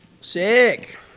Sick